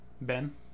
Ben